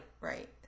right